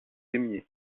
aimiez